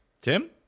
Tim